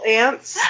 ants